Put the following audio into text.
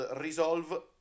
resolve